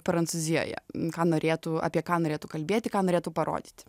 prancūzijoje ką norėtų apie ką norėtų kalbėti ką norėtų parodyti